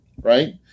right